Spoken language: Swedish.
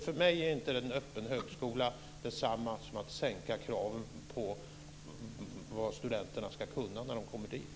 För mig är inte en öppen högskola detsamma som att sänka kraven på vad studenterna ska kunna när de kommer dit.